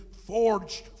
Forged